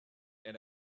and